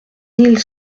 mille